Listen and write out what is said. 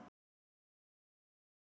how they come up with the name one